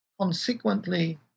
consequently